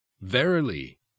Verily